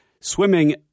swimming